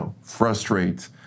frustrate